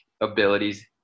abilities